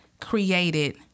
created